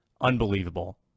unbelievable